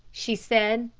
she said.